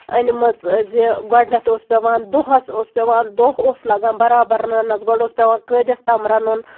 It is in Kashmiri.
أنمٕژ زِ گۄڈٕنیٚتھ اوس پیٚوان دۄہَس اوس پیٚوان دۄہ اوس لَگان بَرابر رَنٕنس گۄڈٕ اوس پیٚوان کٲجِس تام رَنُن